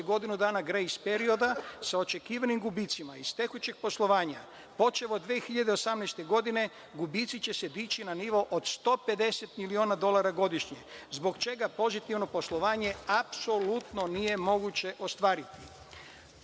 godinu dana grejs perioda, sa očekivanim gubicima iz tekućeg poslovanja. Počev od 2018. godine gubici će se dići na nivo od 150 miliona dolara godišnje, zbog čega pozitivno poslovanje apsolutno nije moguće ostvariti. Pravi